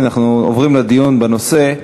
אנחנו עוברים לדיון בנושא.